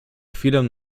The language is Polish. chwilę